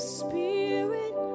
spirit